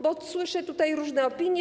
Bo słyszę tutaj różne opinie.